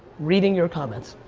reading your comments.